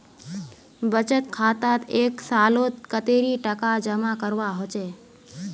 बचत खातात एक सालोत कतेरी टका जमा करवा होचए?